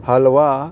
halwa